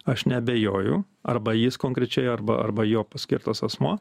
aš neabejoju arba jis konkrečiai arba arba jo paskirtas asmuo